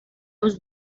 was